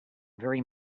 vary